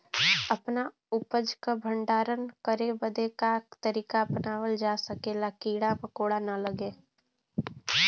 अपना उपज क भंडारन करे बदे का तरीका अपनावल जा जेसे कीड़ा मकोड़ा न लगें?